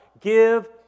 give